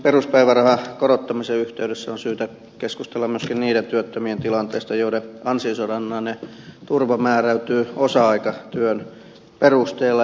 peruspäivärahan korottamisen yhteydessä on syytä keskustella myöskin niiden työttömien tilanteesta joiden ansiosidonnainen turva määräytyy osa aikatyön perusteella